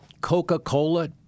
Coca-Cola